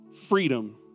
Freedom